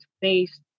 based